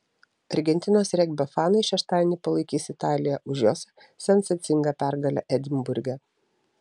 argentinos regbio fanai šeštadienį palaikys italiją už jos sensacingą pergalę edinburge